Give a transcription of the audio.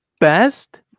best